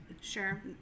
Sure